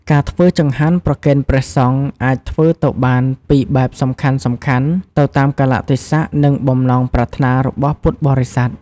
ការធ្វើចង្ហាន់ប្រគេនព្រះសង្ឃអាចធ្វើទៅបានពីរបែបសំខាន់ៗទៅតាមកាលៈទេសៈ និងបំណងប្រាថ្នារបស់ពុទ្ធបរិស័ទ។